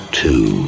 two